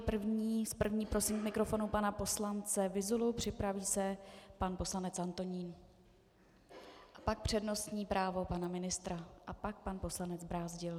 S první prosím k mikrofonu pana poslance Vyzulu, připraví se pan poslanec Antonín, pak přednostní právo pana ministra a pak pan poslanec Brázdil.